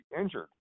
injured